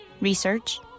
Research